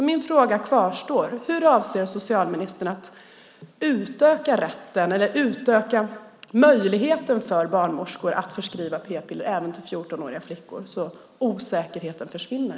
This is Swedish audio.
Min fråga kvarstår: Hur avser socialministern att utöka rätten eller möjligheten för barnmorskor att förskriva p-piller även till 14-åriga flickor så att osäkerheten försvinner?